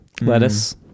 Lettuce